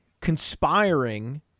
conspiring